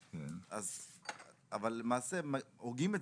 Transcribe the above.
א' אדר תשפ"ג,